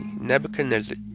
Nebuchadnezzar